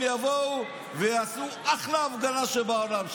הם יבואו ויעשו אחלה הפגנה שבעולם.